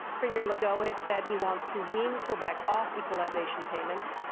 premier legault has said he wants to wean quebec off equalization payments.